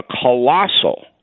colossal